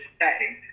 setting